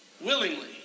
willingly